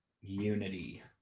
unity